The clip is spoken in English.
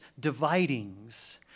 dividings